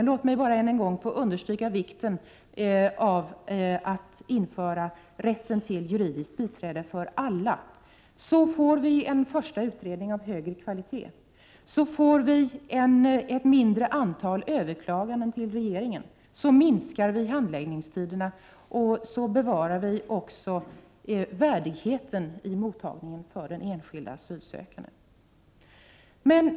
Låt mig bara än en gång understryka vikten av att införa rätt till juridiskt biträde för alla. Om detta sker får vi en första utredning av högre kvalitet, vi får ett mindre antal överklaganden till regeringen, vi minskar handläggningstiderna och vi bevarar också värdigheten när det gäller mottagandet av den enskilda asylsökanden.